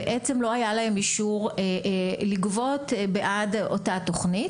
בעצם לא היה להם אישור לגבות בעד אותה תוכנית.